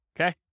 Okay